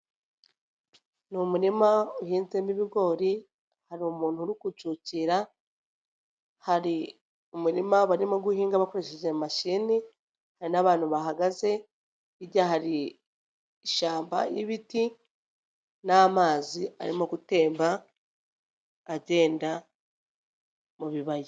Ni umurima uhinzemo ibigori, hari umuntu uri gucukira, hari umurima barimo guhinga bakoresheje mashini, hari n'abantu bahagaze, harya hari ishyamba n'ibiti n'amazi arimo gutemba agenda mu bibaya.